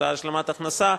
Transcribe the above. אותה השלמת הכנסה,